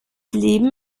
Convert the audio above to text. leben